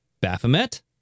Baphomet